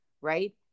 right